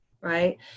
Right